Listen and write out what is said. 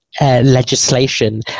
legislation